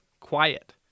Quiet